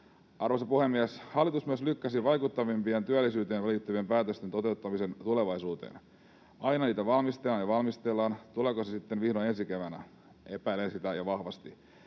Arvoisa puhemies! Hallitus myös lykkäsi vaikuttavimpien työllisyyteen liittyvien päätösten toteuttamisen tulevaisuuteen. Aina niitä valmistellaan ja valmistellaan, tulevatko ne sitten vihdoin ensi keväänä? Epäilen sitä ja vahvasti.